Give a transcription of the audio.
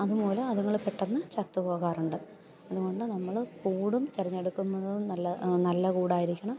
അതുമൂലം അത്ങ്ങൾ പെട്ടെന്ന് ചത്തു പോകാറുണ്ട് അതുകൊണ്ട് നമ്മൾ കൂടും തെരഞ്ഞെടുക്കുന്നത് നല്ല നല്ല കൂടായിരിക്കണം